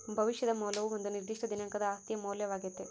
ಭವಿಷ್ಯದ ಮೌಲ್ಯವು ಒಂದು ನಿರ್ದಿಷ್ಟ ದಿನಾಂಕದ ಆಸ್ತಿಯ ಮೌಲ್ಯವಾಗ್ಯತೆ